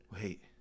Wait